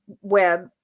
web